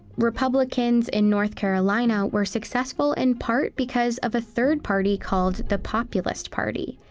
republicans in north carolina were successful in part because of a third party called the populist party,